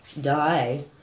die